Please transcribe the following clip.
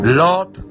lord